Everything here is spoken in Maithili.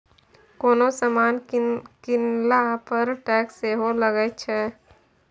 कोनो समान कीनला पर टैक्स सेहो लगैत छै